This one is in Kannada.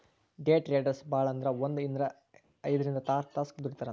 ಡೆ ಟ್ರೆಡರ್ಸ್ ಭಾಳಂದ್ರ ಒಂದ್ ಐದ್ರಿಂದ್ ಆರ್ತಾಸ್ ದುಡಿತಾರಂತ್